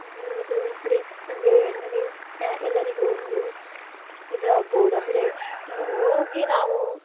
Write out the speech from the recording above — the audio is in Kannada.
ಇದು ಇದ್ದರೆ ನನಗೆ ನಮಗೆ ಎಲ್ಲರಿಗೂ ಒಂದು ಇದಾಗ್ಬೋದು ಅಂದರೆ ಹೋಗಿ ನಾವು